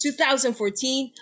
2014